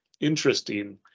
interesting